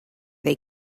they